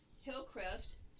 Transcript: Hillcrest